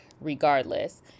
regardless